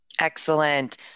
Excellent